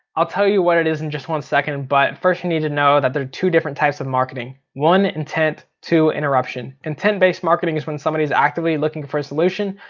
i'll tell you what it is in just one second, but first you need to know that there are two different types of marketing. one intent, two interruption. intent based marketing is when somebody is actively looking for a solution,